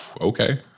Okay